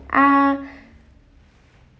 uh